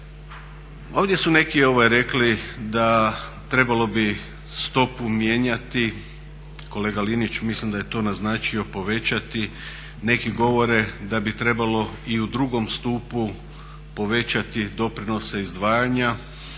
Ovdje su neki rekli da trebalo bi stopu mijenjati, kolega Liniću mislim da je to naznačio, povećati neki govore da bi trebalo i u drugom stupu povećati doprinose izdvajanja.